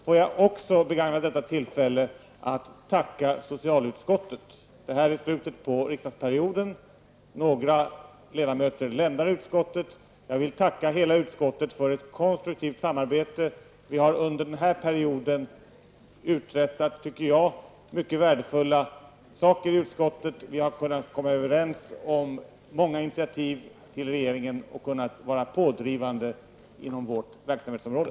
Låt mig begagna detta tillfälle till att också tacka socialutskottet. Det här är slutet på riksdagsperioden och några ledamöter lämnar utskottet. Jag vill tacka hela utskottet för ett konstruktivt samarbete. Vi har i utskottet under den här perioden uträttat mycket värdefullt, tycker jag. Vi har kunnat komma överens om många initiativ till regeringen och kunnat vara pådrivande inom vårt verksamhetsområde.